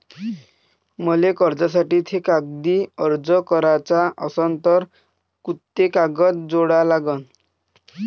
मले कर्जासाठी थे कागदी अर्ज कराचा असन तर कुंते कागद जोडा लागन?